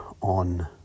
on